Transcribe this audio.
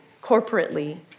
corporately